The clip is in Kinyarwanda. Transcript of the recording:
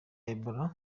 ebola